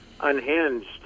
Unhinged